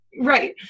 Right